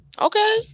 Okay